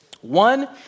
One